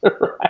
Right